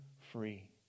free